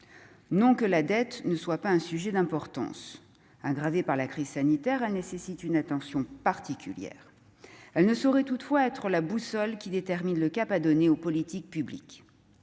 s'agit évidemment d'un sujet d'importance : aggravée par la crise sanitaire, la dette nécessite une attention particulière. Elle ne saurait toutefois être la boussole qui détermine le cap à donner aux politiques publiques.